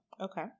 okay